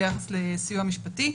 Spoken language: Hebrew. בחוק בתי דין רבניים (קיום פסקי דין של גירושין),